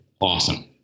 awesome